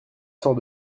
cent